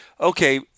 okay